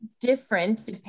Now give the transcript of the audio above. different